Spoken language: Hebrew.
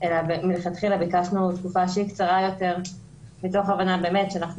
אלא מלכתחילה ביקשנו תקופה שהיא קצרה יותר מתוך הבנה שאנחנו